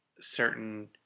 certain